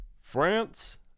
France